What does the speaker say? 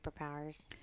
superpowers